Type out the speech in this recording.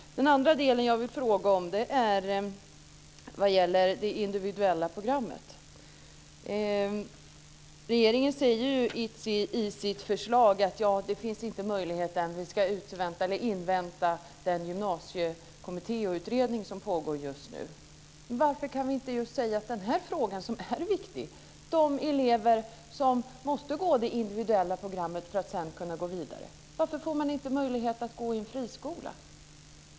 Den andra delen jag vill fråga om gäller det individuella programmet. Regeringen säger i sitt förslag att det inte finns möjlighet än och att vi ska invänta den gymnasieutredning som pågår just nu. Varför kan vi inte i denna viktiga fråga ge de elever som måste gå det individuella programmet för att sedan kunna gå vidare möjlighet att gå i en friskola?